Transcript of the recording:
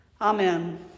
Amen